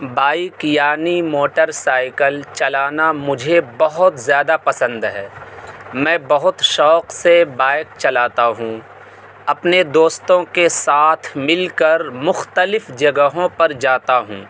bike یعنی motorcycle چلانا مجھے بہت زیادہ پسند ہے میں بہت شوق سے بائک چلاتا ہوں اپنے دوستوں کے ساتھ مل کر مختلف جگہوں پر جاتا ہوں